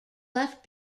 left